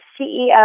CEO